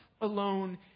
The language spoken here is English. alone